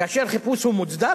כאשר חיפוש הוא מוצדק,